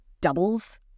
doubles